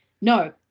No